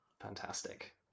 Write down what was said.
Fantastic